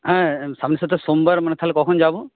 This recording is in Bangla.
হ্যাঁ সামনের সপ্তাহে সোমবার মানে তাহলে কখন যাব